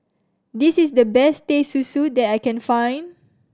this is the best Teh Susu that I can find